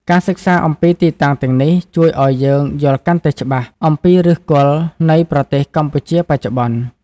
ការសិក្សាអំពីទីតាំងទាំងនេះ ជួយឱ្យយើងយល់កាន់តែច្បាស់អំពីឫសគល់នៃប្រទេសកម្ពុជាបច្ចុប្បន្ន។